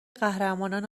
قهرمانان